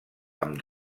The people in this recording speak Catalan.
amb